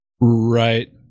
Right